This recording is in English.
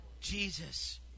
Jesus